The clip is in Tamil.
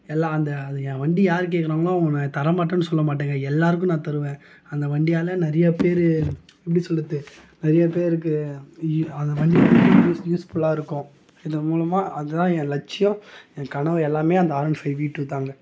எல்லாம் அந்த அது என் வண்டி யார் கேக்கிறாங்களோ அவங்கள நான் தரமாட்டேன்னு சொல்ல மாட்டேன்ங்க எல்லோருக்கும் நான் தருவேன் அந்த வண்டியால் நிறையப் பேர் எப்படி சொல்கிறது நிறையப்பேருக்கு அந்த வண்டி யூஸ் யூஸ்ஃபுல்லாக இருக்கும் இதன் மூலமாக அதுதான் என் லட்சியம் என் கனவு எல்லாமே அந்த R one five V two தான்ங்க